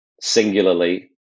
singularly